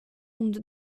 und